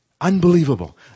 Unbelievable